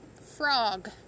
frog